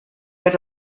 per